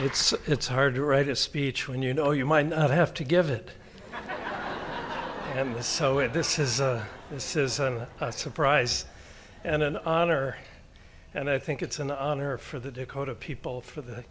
it's it's hard to write a speech when you know you might not have to give it a miss so if this is a this is a surprise and an honor and i think it's an honor for the dakota people for the